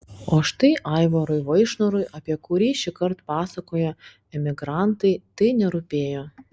o štai aivarui vaišnorui apie kurį šįkart pasakoja emigrantai tai nerūpėjo